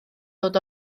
dod